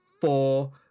four